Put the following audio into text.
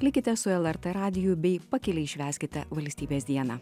likite su lrt radiju bei pakiliai švęskite valstybės dieną